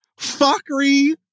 fuckery